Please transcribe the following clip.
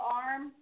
arm